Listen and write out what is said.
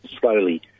slowly